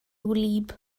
wlyb